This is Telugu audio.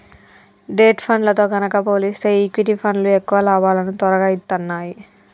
డెట్ ఫండ్లతో గనక పోలిస్తే ఈక్విటీ ఫండ్లు ఎక్కువ లాభాలను తొరగా ఇత్తన్నాయి